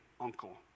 uncle